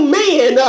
man